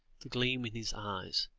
the gleam in his eyes,